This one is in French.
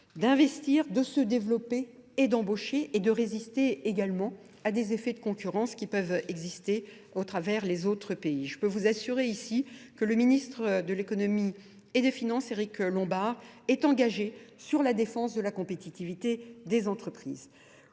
d'investir, de se développer et d'embaucher et de résister également à des effets de concurrence qui peuvent exister au travers les autres pays. Je peux vous assurer ici que le ministre de l'économie et des finances, Eric Lombard, est engagé sur la défense de la compétitivité des entreprises.